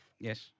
Yes